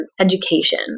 education